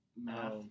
Math